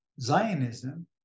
Zionism